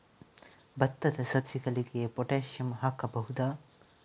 ಭತ್ತದ ಸಸಿಗಳಿಗೆ ಪೊಟ್ಯಾಸಿಯಂ ಹಾಕಬಹುದಾ?